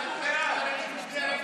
אנחנו בעד.